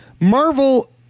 Marvel